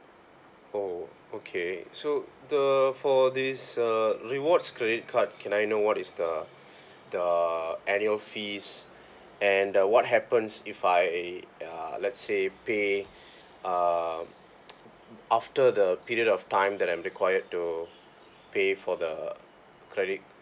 oh okay so the for this uh rewards credit card can I know what is the the annual fees and uh what happens if I uh let's say pay uh after the period of time that I'm required to pay for the credit